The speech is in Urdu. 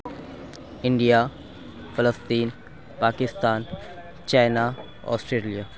انڈیا فلسطین پاکستان چائنا آسڑیلیا